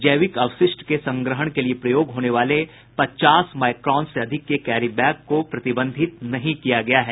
जैविक अवशिष्ट के संग्रहण के लिए प्रयोग होने वाले पचास माइक्रॉन से अधिक के कैरी बैग को प्रतिबंधित नहीं किया गया है